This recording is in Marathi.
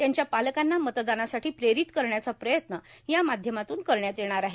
त्यांच्या पालकांना मतदानासाठी प्रेरित करण्याचा प्रयत्न या माध्यमातून करण्यात येणार आहे